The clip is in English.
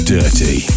Dirty